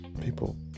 people